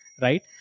right